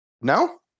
No